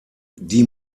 die